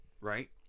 right